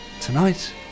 tonight